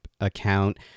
account